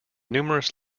numerous